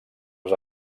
les